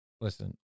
Listen